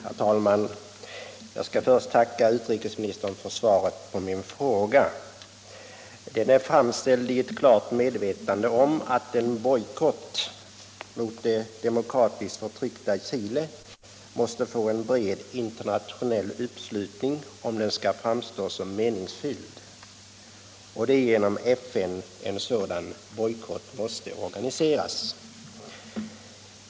Herr talman! Jag skall först tacka utrikesministern för svaret på min fråga. Den är framställd i klart medvetande om att en bojkott mot det förtryckta demokratiska Chile måste få en bred internationell uppslutning om den skall framstå som meningsfylld. Det är genom FN en sådan bojkott måste organiseras.